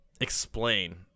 explain